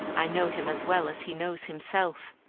i know him as well as he knows himself.